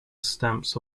stamps